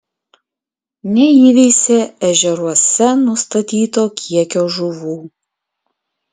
neįveisė ežeruose nustatyto kiekio žuvų